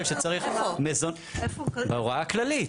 בהוראה הכללית.